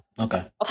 okay